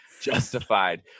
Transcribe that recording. Justified